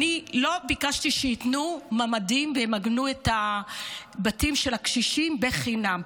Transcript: אני לא ביקשתי שייתנו ממ"דים וימגנו את הבתים של הקשישים חינם,